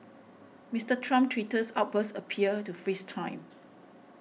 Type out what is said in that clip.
Mister Trump's Twitter outbursts appear to freeze time